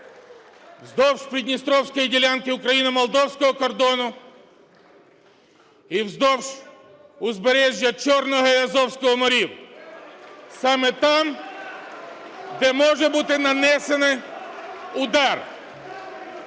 вздовж придністровської ділянки україно-молдовського кордону і вздовж узбережжя Чорного і Азовського морів. Саме там, де може бути нанесений удар.